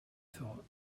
thought